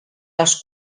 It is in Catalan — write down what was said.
als